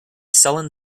sullen